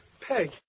Peg